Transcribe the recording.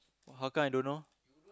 how come I don't know